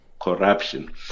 corruption